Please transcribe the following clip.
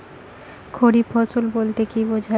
খারিফ ফসল বলতে কী বোঝায়?